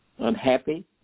Unhappy